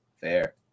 Fair